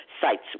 sites